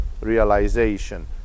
realization